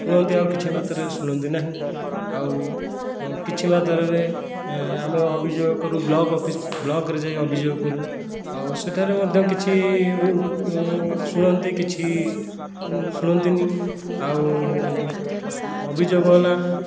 ଶୁଣନ୍ତି ଆଉ କିଛି ମାତ୍ରାରେ ଶୁଣନ୍ତି ନାହିଁ ଆଉ କିଛି ମାତ୍ରାରେ ଆମେ ଅଭିଯୋଗ କରୁ ବ୍ଲକ ଅଫିସ ବ୍ଲକରେ ଯାଇ ଅଭିଯୋଗ କରୁ ଆଉ ସେଠାରେ ମଧ୍ୟ କିଛି ଶୁଣନ୍ତି କିଛି ଶୁଣନ୍ତିନି ଆଉ ଅଭିଯୋଗ ହେଲା